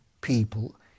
people